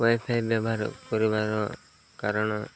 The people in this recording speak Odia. ୱାାଇଫାଇ ବ୍ୟବହାର କରିବାର କାରଣ